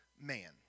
man